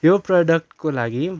यो प्रडक्टको लागि